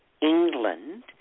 England